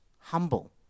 humble